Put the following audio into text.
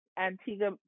Antigua